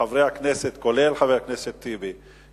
וחברי הכנסת, כולל חבר הכנסת טיבי,